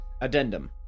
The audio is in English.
Addendum